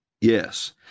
Yes